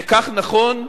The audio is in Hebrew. וכך נכון,